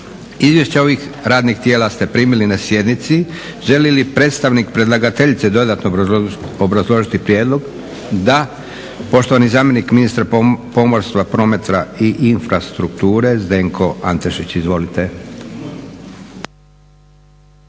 Izvješća ovih radnih tijela ste primili na sjednici. Želi li predstavnik predlagateljice dodatno obrazložiti prijedlog? Da. Poštovani zamjenik ministra pomorstva, prometa i infrastrukture Zdenko Antešić. Izvolite.